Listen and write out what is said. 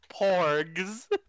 Porgs